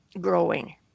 growing